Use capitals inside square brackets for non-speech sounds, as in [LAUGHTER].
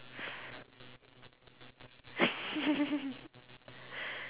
[LAUGHS]